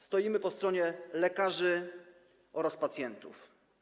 Stoimy po stronie lekarzy oraz pacjentów.